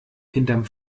hinterm